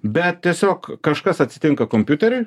bet tiesiog kažkas atsitinka kompiuteriui